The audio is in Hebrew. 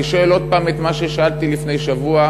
אני שואל עוד הפעם את מה ששאלתי לפני שבוע: